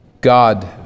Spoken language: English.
God